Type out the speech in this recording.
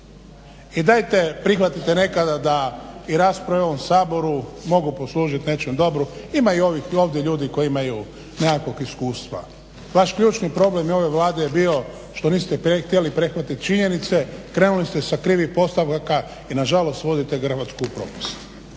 I dajte prihvatite nekada da i rasprave u ovom Saboru mogu poslužiti nečem dobru. Ima ovdje ljudi koji imaju nekakvog iskustva. Vaš ključni problem je ove Vlade bio što niste htjeli prihvatiti činjenice, krenuli ste sa krivih postavaka i nažalost vodite Hrvatsku u propast.